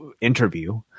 interview